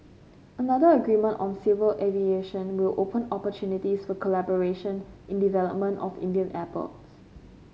another agreement on civil aviation will open opportunities for collaboration in development of Indian airport